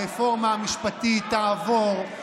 הרפורמה המשפטית תעבור.